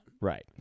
Right